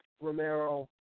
Romero